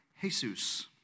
Jesus